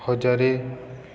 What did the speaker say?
ହଜାରେ